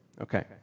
Okay